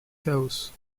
chaos